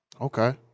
Okay